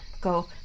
Go